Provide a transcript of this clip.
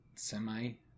semi